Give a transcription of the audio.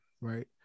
right